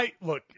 Look